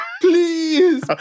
please